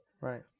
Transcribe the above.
Right